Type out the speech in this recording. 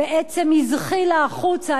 בעצם הזחילה החוצה,